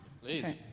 Please